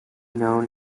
known